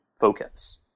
focus